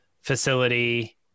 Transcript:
facility